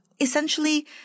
essentially